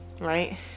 right